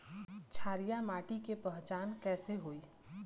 क्षारीय माटी के पहचान कैसे होई?